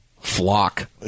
flock